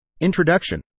introduction